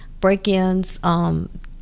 break-ins